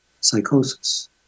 psychosis